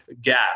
gap